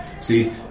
See